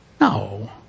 No